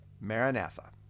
Maranatha